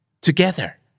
Together